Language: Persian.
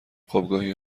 خوابگاهی